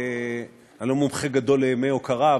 אני לא מומחה גדול לימי הוקרה,